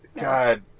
God